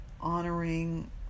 honoring